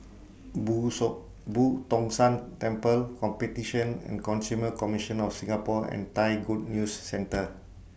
Boo thought Boo Tong San Temple Competition and Consumer Commission of Singapore and Thai Good News Centre